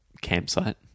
campsite